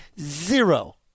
Zero